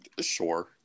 Sure